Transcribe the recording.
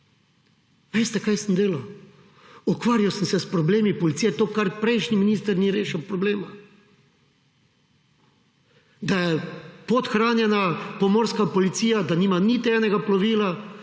veste, kaj sem delal? Ukvarjal sem se s problemi policije, to, kar prejšnji minister ni rešil problema. Da je podhranjena pomorska policija, da nima niti enega plovila,